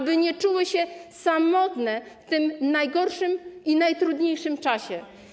aby nie czuły się samotne w tym najgorszym i najtrudniejszym czasie.